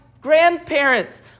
grandparents